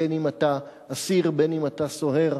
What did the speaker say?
בין שאתה אסיר ובין שאתה סוהר,